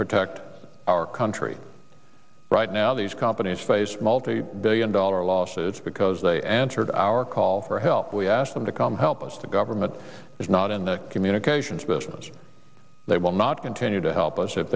protect our country right now these companies face multi billion dollar losses because they entered our call for help we asked them to come help us the government is not in the communications business they will not continue to help us if